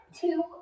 two